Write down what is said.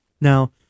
Now